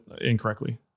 incorrectly